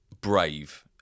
brave